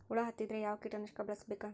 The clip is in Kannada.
ಹುಳು ಹತ್ತಿದ್ರೆ ಯಾವ ಕೇಟನಾಶಕ ಬಳಸಬೇಕ?